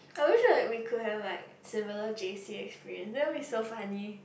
I wish like we could have like similar J_C experience that will be so funny